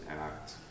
act